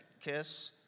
kiss